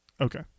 Okay